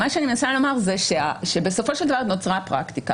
מה שאני מנסה לומר זה שבסופו של דבר נוצרה הפרקטיקה.